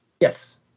Yes